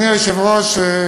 אדוני היושב-ראש,